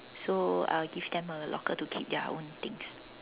so I'll give them a locker to keep their own things